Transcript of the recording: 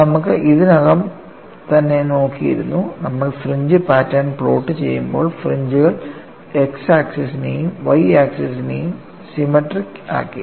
നമ്മൾ ഇതിനകം തന്നെ നോക്കിയിരുന്നു നമ്മൾ ഫ്രിഞ്ച് പാറ്റേൺ പ്ലോട്ട് ചെയ്യുമ്പോൾ ഫ്രിഞ്ച്കൾ x ആക്സിസിനെയും y ആക്സിസിനെയും സിമെട്രിക് ആക്കി